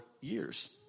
years